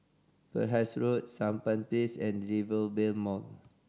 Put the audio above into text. Penhas Road Sampan Place and Rivervale Mall